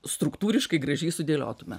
struktūriškai gražiai sudėliotume